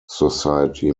society